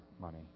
money